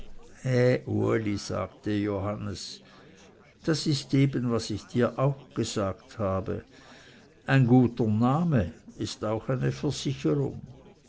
sagte johannes das ist eben was ich dir auch gesagt habe eine guter name ist auch eine gute versicherung